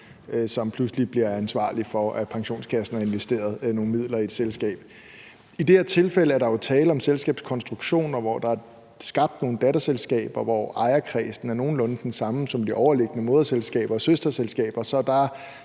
som pludselig bliver ansvarlig for, at pensionskassen har investeret nogle midler i et selskab. I det her tilfælde er der jo tale om selskabskonstruktioner, hvor der er skabt nogle datterselskaber, hvori ejerkredsen er nogenlunde den samme som i det overliggende moderselskab og søsterselskaber, så der,